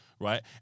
Right